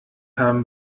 haben